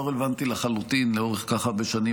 לא רלוונטי לחלוטין לאורך כל כך הרבה שנים.